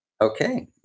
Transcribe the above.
Okay